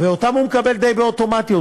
ואותן הוא מקבל די באוטומטיות.